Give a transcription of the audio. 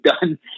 done